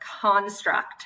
construct